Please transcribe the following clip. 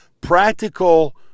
practical